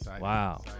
Wow